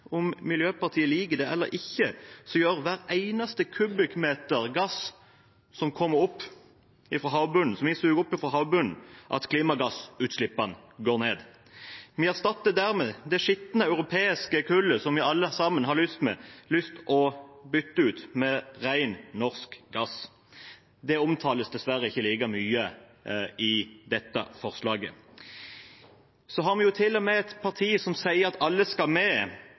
om miljøpartier liker det eller ikke, gjør hver eneste kubikkmeter gass som suges opp fra havbunnen, at klimagassutslippene går ned. Vi erstatter dermed det skitne europeiske kullet, som vi alle sammen har lyst til å bytte ut, med ren norsk gass. Det omtales dessverre ikke like mye i dette forslaget. Så har vi til og med et parti som sier at alle skal med,